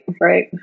Right